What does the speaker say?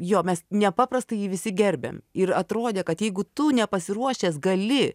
jo mes nepaprastai jį visi gerbėm ir atrodė kad jeigu tu nepasiruošęs gali